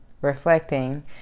reflecting